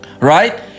right